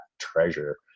treasure